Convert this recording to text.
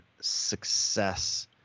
success